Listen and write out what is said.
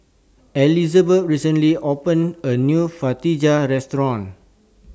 Elizabet recently opened A New Fajitas Restaurant